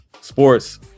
sports